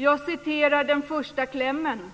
Jag citerar den första klämmen: